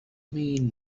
mean